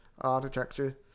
architecture